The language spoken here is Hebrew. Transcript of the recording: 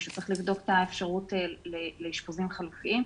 מישהו צריך לבדוק את האפשרות לאשפוזים חלופיים.